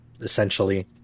essentially